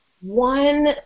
one